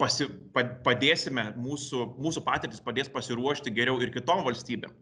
pasi pa padėsime mūsų mūsų patirtys padės pasiruošti geriau ir kitom valstybėm